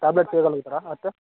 tablets ఇవ్వగలుగుతరా వస్తే